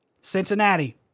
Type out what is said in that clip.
Cincinnati